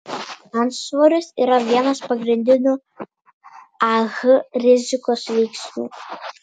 antsvoris yra vienas pagrindinių ah rizikos veiksnių